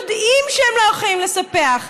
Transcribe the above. יודעים שהם לא יכולים לספח.